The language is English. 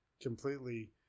completely